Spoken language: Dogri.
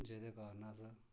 जेह्दे कारण अस